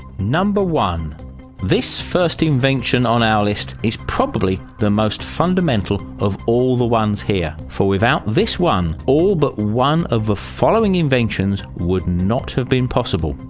number one this first invention on our list is probably the most fundamental of all the ones here for without this one all but one of the following inventions would not have been possible.